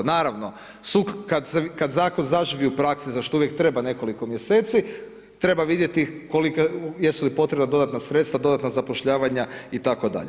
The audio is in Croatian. Naravno kada zakon zaživi u praksi za što uvijek treba nekoliko mjeseci treba vidjeti kolika, jesu li potrebna dodatna sredstva, dodatna zapošljavanja itd.